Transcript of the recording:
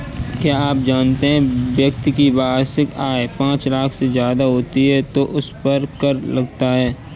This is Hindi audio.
क्या आप जानते है व्यक्ति की वार्षिक आय पांच लाख से ज़्यादा होती है तो उसपर कर लगता है?